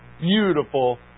beautiful